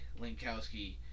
Linkowski